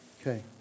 Okay